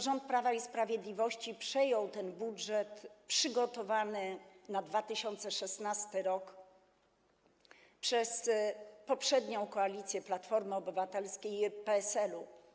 Rząd Prawa i Sprawiedliwości przejął budżet przygotowany na 2016 r. przez poprzednią koalicję Platformy Obywatelskiej i PSL-u.